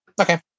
Okay